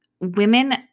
women